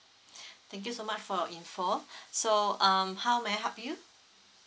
thank you so much for your info so um how may I help you